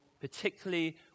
particularly